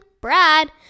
Brad